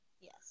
Yes